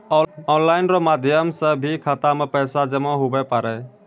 online रो माध्यम से भी खाता मे पैसा जमा हुवै पारै